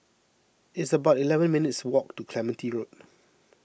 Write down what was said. it's about eleven minutes' walk to Clementi Road